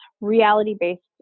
reality-based